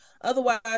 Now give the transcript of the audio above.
otherwise